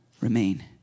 remain